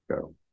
go